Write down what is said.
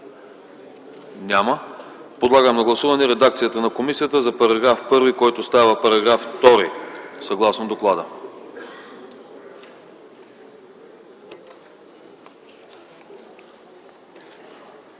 Няма. Подлагам на гласуване редакцията на комисията за § 1, който става § 2 съгласно доклада.